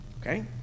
Okay